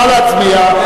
נא להצביע.